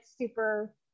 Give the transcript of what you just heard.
super